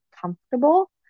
comfortable